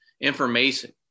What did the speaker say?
information